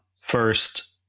first